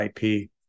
IP